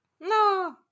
No